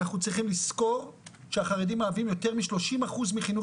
אנחנו צריכים לזכור שהחרדים מהווים יותר מ-30% מחינוך